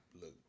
Look